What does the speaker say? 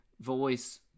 voice